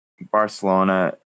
Barcelona